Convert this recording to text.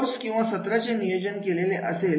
course किंवा सत्रांचे नियोजन केलेले असेल